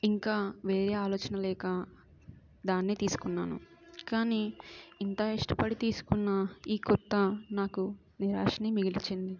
ఇంకా వేరే ఆలోచనలేక దాన్ని తీసుకున్నాను కానీ ఇంత ఇష్టపడి తీసుకున్న ఈ కుర్తా నాకు నీరాశని మిగిల్చింది